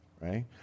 right